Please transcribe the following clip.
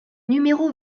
numéro